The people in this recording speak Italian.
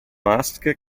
musk